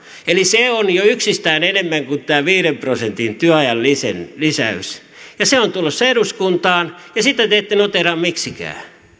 eli se on jo yksistään enemmän kuin tämä viiden prosentin työajan lisäys se on tulossa eduskuntaan ja sitä te ette noteeraa miksikään